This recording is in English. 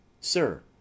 Sir